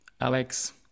Alex